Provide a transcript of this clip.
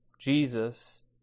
Jesus